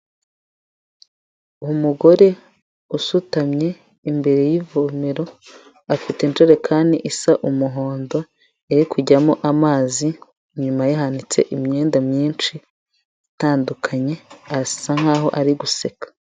Umugore usutamye imbere y'ivomero, afite injerekani isa umuhondo iri kujyamo amazi, inyuma ye hanitse imyenda myinshi itandukanye arasa nkaho ari guseka.